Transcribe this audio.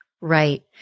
Right